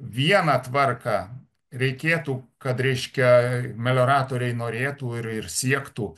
vieną tvarką reikėtų kad reiškia melioratoriai norėtų ir ir siektų